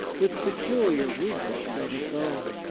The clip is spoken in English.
with peculiar rubrics of its own.